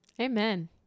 Amen